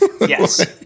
yes